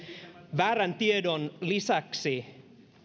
väärän tiedon lisäksi